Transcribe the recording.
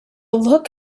look